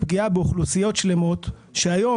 יש פה פגיעה באוכלוסיות שלמות שהיום,